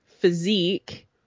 physique